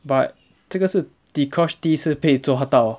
but 这个是 dee kosh 第一次被抓到